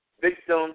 victim